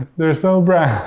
they're so brown.